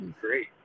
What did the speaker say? great